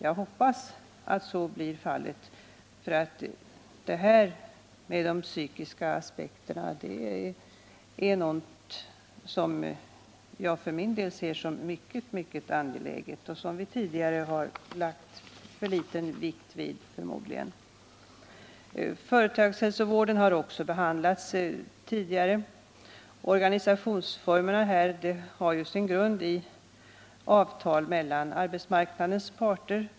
Vi hoppas att så blir fallet. De psykiska aspekterna är nämligen någonting som jag för min del ser som mycket angeläget och som vi tidigare förmodligen lagt för liten vikt vid. Företagshälsovården har också behandlats tidigare. Organisationsformerna har sin grund i avtal mellan arbetsmarknadens parter.